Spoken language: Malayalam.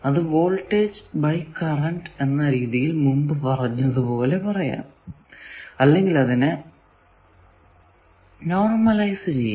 അത് വോൾടേജ് ബൈ കറന്റ് എന്ന രീതിയിൽ മുമ്പ് പറഞ്ഞത് പോലെ പറയാം അല്ലെങ്കിൽ അതിനെ നോർമലൈസ് ചെയ്യാം